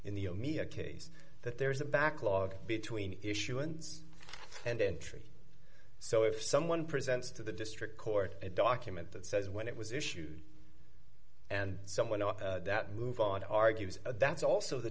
in the o me a case that there is a backlog between issuance and entry so if someone presents to the district court a document that says when it was issued and someone that move on argues that's also the